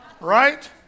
Right